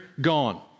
gone